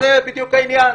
זה בדיוק העניין.